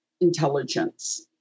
intelligence